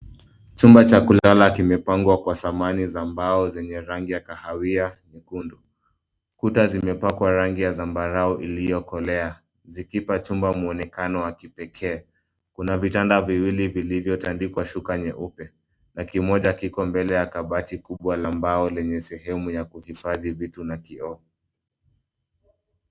Chumba cha kulala kimepangwa kwa samani za mbao zenye rangi ya kahawia nyekundu. Kuta zimepakwa rangi ya zambarau iliyokolea zikipa chumba muonekano wa kipekee. Kuna vitanda viwili vilivyotandikwa shuka nyeupe na kimoja kiko mbele ya kabati kubwa la mbao lenye sehemu ya kuihifadhi vitu na kioo.